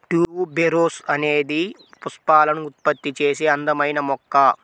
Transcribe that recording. tuberose అనేది పుష్పాలను ఉత్పత్తి చేసే అందమైన మొక్క